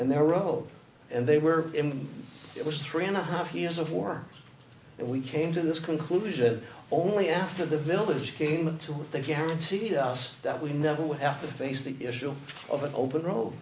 and their rubble and they were in it was three and a half years of war but we came to this conclusion only after the village came until they guaranteed us that we never would have to face the issue of an open road